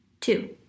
two